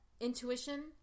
Intuition